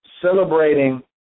celebrating